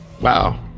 Wow